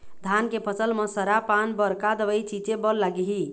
धान के फसल म सरा पान बर का दवई छीचे बर लागिही?